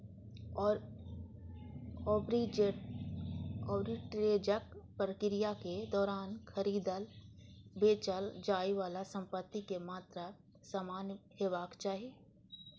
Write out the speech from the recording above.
आर्बिट्रेजक प्रक्रियाक दौरान खरीदल, बेचल जाइ बला संपत्तिक मात्रा समान हेबाक चाही